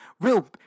Real